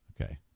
Okay